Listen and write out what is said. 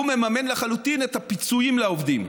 זה מממן לחלוטין את הפיצויים לעובדים.